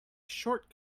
short